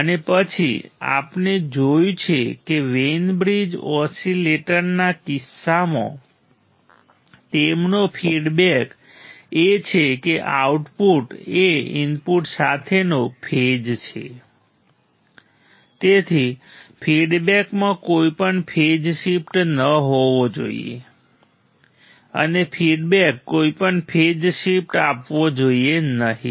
અને પછી આપણે જોયું કે વેઈન બ્રિજ ઓસીલેટરના કિસ્સામાં તેમનો ફીડબેક એ છે કે આઉટપુટ એ ઈનપુટ સાથેનો ફેઝ છે તેથી ફીડબેકમાં કોઈ પણ ફેઝ શિફ્ટ ન હોવો જોઈએ અને ફીડબેક કોઈ પણ ફેઝ શિફ્ટ આપવો જોઈએ નહીં